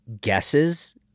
guesses